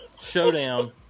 showdown